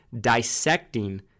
dissecting